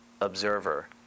observer